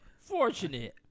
Fortunate